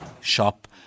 shop